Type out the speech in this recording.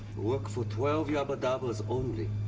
work for twelve yabbadabbas only.